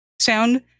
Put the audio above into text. sound